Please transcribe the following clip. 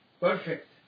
perfect